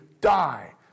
die